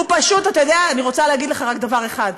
אני רוצה להגיד לך רק דבר אחד,